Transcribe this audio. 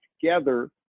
together